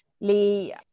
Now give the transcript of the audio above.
Lee